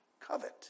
covet